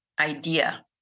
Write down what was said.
idea